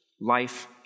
life